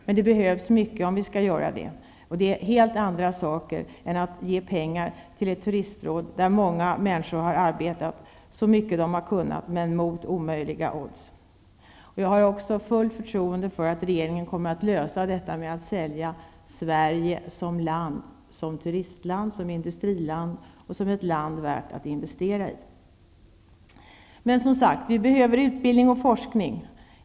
Men det behövs mycket för att lyckas med det. Det är helt andra saker än att ge pengar till ett turistråd där många människor har arbetat så mycket de har kunnat men mot omöjliga odds. Jag har också fullt förtroende för att regeringen kommer att lösa detta med att sälja Sverige som turistland, som industriland och som ett land värt att investera i. Som sagt behövs utbildning och forskning.